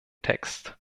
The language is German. text